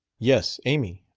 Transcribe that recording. yes, amy.